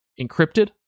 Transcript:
encrypted